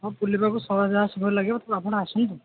ହଁ ବୁଲିବାକୁ ଭଲ ଲାଗିବ ଆପଣ ଆସନ୍ତୁ